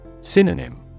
Synonym